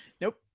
nope